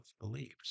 beliefs